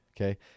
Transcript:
Okay